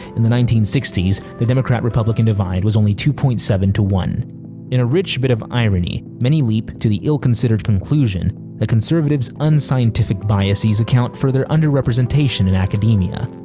in the nineteen sixty s the democrat republican divide was only two point seven to one in a rich bit of irony, many leap to the ill-considered conclusion that conservatives' unscientific biases account for their underrepresentation in academia.